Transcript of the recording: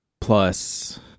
Plus